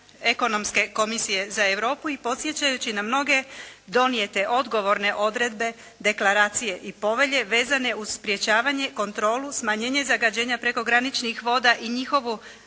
Ekonomske komisije za Europi i podsjećajući na mnoge donijete odgovorne odredbe, deklaracije i povelje vezane uz sprječavanje, kontrolu, smanjenje zagađenja prekograničnih voda i njihovu